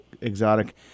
exotic